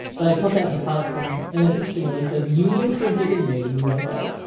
but, i'd put that in the product form. and then, interestingly says, union printed and made in the usa.